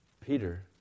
Peter